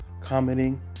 commenting